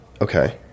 Okay